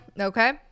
Okay